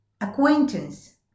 Acquaintance